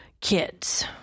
kids